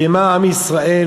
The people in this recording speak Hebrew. במה עם ישראל,